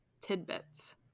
tidbits